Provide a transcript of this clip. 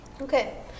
Okay